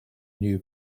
new